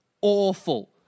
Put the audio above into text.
awful